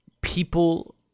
People